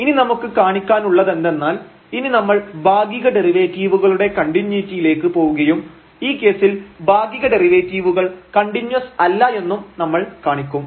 ഇനി നമുക്ക് കാണിക്കാനുള്ളതെന്തെന്നാൽ ഇനി നമ്മൾ ഭാഗിക ഡെറിവേറ്റീവുകളുടെ കണ്ടിന്യൂയിറ്റിയിലേക്ക് പോവുകയും ഈ കേസിൽ ഭാഗിക ഡെറിവേറ്റീവുകൾ കണ്ടിന്യൂസ് അല്ല എന്നും നമ്മൾ കാണിക്കും